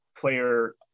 player